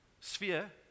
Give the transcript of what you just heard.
sphere